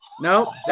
No